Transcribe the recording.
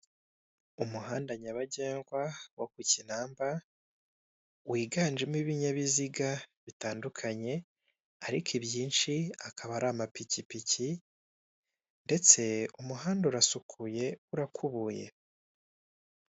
Umuhanda nyabagendwa wo ku kinamba, wiganjemo ibinyabiziga bitandukanye, ariko ibyinshi akaba ari amapikipiki, ndetse umuhanda urasukuye urakubuye.